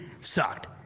sucked